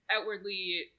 outwardly